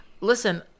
listen